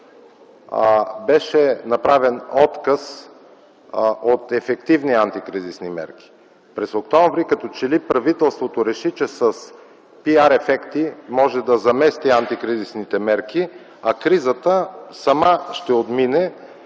беше направен отказ от ефективни антикризисни мерки. През октомври като че ли правителството реши, че с PR-ефекти може да замести антикризисните мерки, а кризата сама ще отмине,